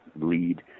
lead